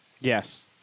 Yes